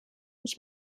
ich